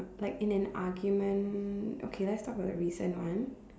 like in an argument okay let's talk about the recent one